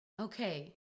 Okay